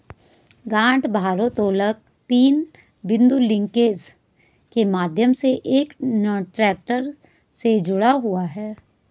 गांठ भारोत्तोलक तीन बिंदु लिंकेज के माध्यम से एक ट्रैक्टर से जुड़ा हुआ है